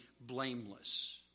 blameless